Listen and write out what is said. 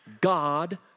God